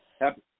Happy